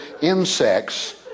insects